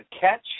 Catch